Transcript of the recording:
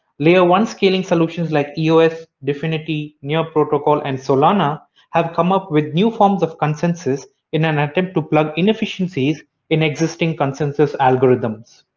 layer one scaling solutions like eos, dfinity, near protocol and solana have come up with new forms of consensus in an attempt to plug inefficiencies in existing consensus algorithms.